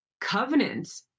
covenant